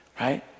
Right